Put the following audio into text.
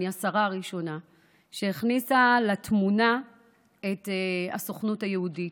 אני השרה הראשונה שהכניסה לתמונה את הסוכנות היהודית.